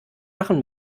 machen